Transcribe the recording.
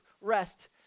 rest